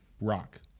rock